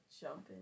jumping